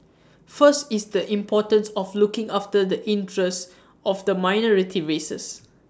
first is the importance of looking after the interest of the minority races